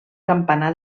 campanar